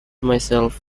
myself